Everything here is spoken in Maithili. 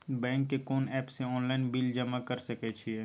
बैंक के कोन एप से ऑनलाइन बिल जमा कर सके छिए?